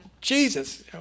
Jesus